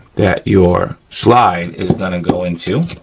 that your slide is gonna go into.